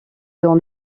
dans